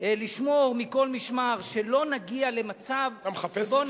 לשמור מכל משמר, שלא נגיע למצב שבו